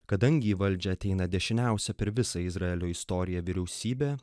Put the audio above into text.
kadangi į valdžią ateina dešiniausia per visą izraelio istoriją vyriausybė